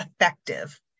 effective